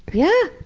yeah,